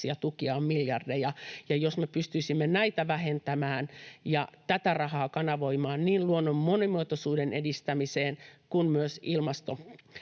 tukia on miljardeja. Ja jos me pystyisimme näitä vähentämään ja tätä rahaa kanavoimaan niin luonnon monimuotoisuuden edistämiseen kuin myös ilmastokriisin